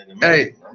Hey